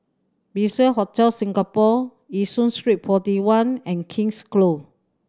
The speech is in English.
Bliss Hotel Singapore Yishun Street Forty One and King's Close